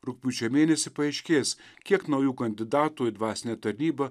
rugpjūčio mėnesį paaiškės kiek naujų kandidatų į dvasinę tarnybą